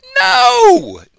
No